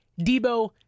Debo